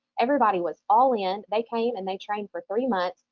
everybody was all in. they came and they trained for three months,